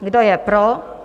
Kdo je pro?